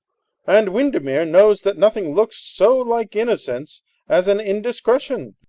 and windermere knows that nothing looks so like innocence as an indiscretion.